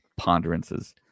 ponderances